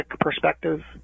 perspective